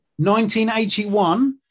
1981